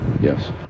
Yes